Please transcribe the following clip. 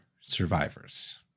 survivors